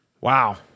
wow